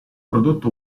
prodotto